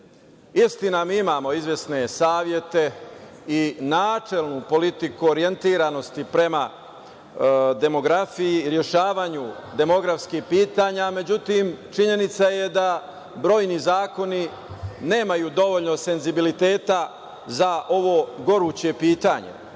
Istina, mi imamo izvesne savete i načelnu politiku orijentiranosti prema demografiji i rešavanju demografskih pitanja. Međutim, činjenica je da brojni zakoni nemaju dovoljno senzibiliteta za ovo goruće